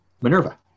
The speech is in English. Minerva